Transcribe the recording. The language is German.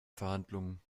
verhandlungen